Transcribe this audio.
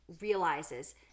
realizes